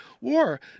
war